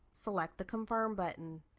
select the confirm button.